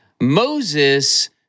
Moses